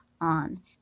on